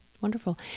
Wonderful